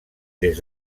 des